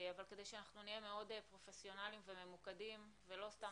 אבל כדי שנהיה מאוד פרופסיונאליים וממוקדים ולא סתם